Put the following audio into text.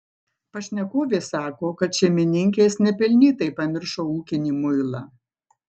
pašnekovė sako kad šeimininkės nepelnytai pamiršo ūkinį muilą